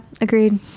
agreed